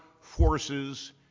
forces